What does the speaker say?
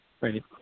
Right